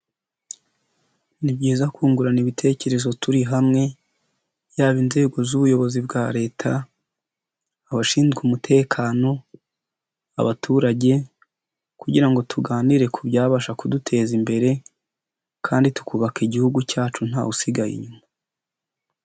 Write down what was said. Ni byiza kungurana ibitekerezo turi hamwe yaba inzego z'ubuyobozi bwa leta, abashinzwe umutekano, abaturage kugira ngo tuganire ku byabasha kuduteza imbere kandi tukubaka igihugu cyacu ntawe usigaye inyuma.